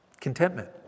contentment